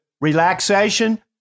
relaxation